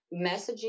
messaging